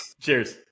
Cheers